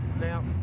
Now